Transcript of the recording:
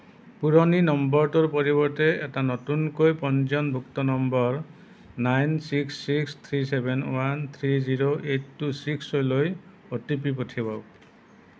পুৰণি নম্বৰটোৰ পৰিৱৰ্তে এটা নতুনকৈ পঞ্জীয়নভুক্ত number nine six six three seven one three zero eight two ছিক্সলৈ অ'টিপি পঠিয়াওক